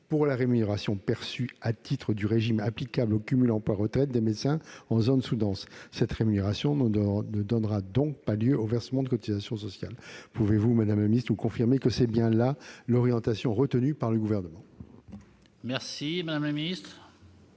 pour la rémunération perçue à ce titre, du régime applicable au cumul emploi-retraite des médecins en zones sous-denses. Cette rémunération ne donnera donc pas lieu au versement de cotisations sociales ». Pouvez-vous, madame la ministre, nous confirmer que telle est bien l'orientation retenue par le Gouvernement ? Quel est